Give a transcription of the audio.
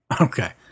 Okay